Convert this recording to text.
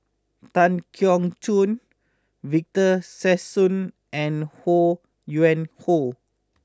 Tan Keong Choon Victor Sassoon and Ho Yuen Hoe